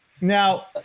Now